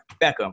Beckham